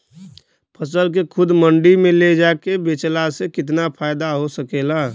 फसल के खुद मंडी में ले जाके बेचला से कितना फायदा हो सकेला?